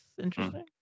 interesting